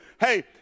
Hey